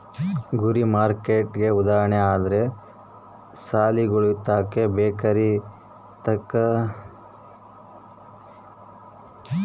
ಗುರಿ ಮಾರ್ಕೆಟ್ಗೆ ಉದಾಹರಣೆ ಅಂದ್ರ ಸಾಲಿಗುಳುತಾಕ ಬೇಕರಿ ತಗೇದ್ರಲಾಸಿ ಮಕ್ಳು ಬಂದು ತಾಂಡು ಲಾಭ ಮಾಡ್ತಾರ